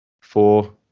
Four